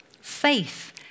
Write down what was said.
Faith